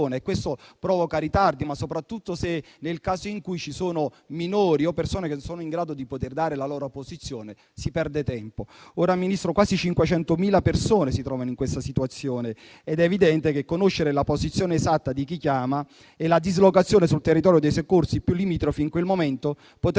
questo provoca ritardi e, soprattutto nel caso in cui ci sono minori o persone non in grado di dare la loro posizione, si perde tempo. Ora, signor Ministro, quasi 500.000 persone si trovano in questa situazione ed è evidente che conoscere la posizione esatta di chi chiama e la dislocazione sul territorio dei soccorsi limitrofi in quel momento potrebbe aiutare chi